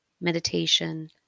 meditation